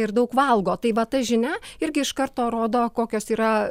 ir daug valgo tai va ta žinia irgi iš karto rodo kokios yra